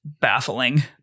baffling